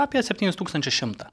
apie septynis tūkstančius šimtą